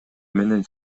менен